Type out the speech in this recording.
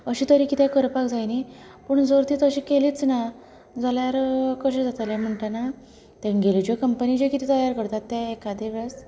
अशें तरेन कितें करपाक जाय न्ही पूण जर ती तशी केलीच ना जाल्यार कशें जातले म्हणटना तेंगल्यो ज्यो कम्पनी जें कितें तयार करता तें एखादे वेळार